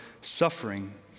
suffering